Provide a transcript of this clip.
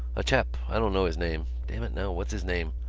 a chap. i don't know his name. damn it now, what's his name?